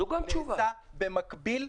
זה נעשה במקביל.